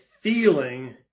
feeling